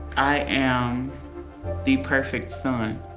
i am the perfect son.